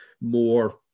more